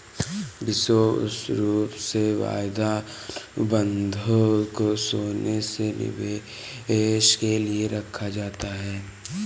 विशेष रूप से वायदा अनुबन्धों को सोने के निवेश के लिये रखा जाता है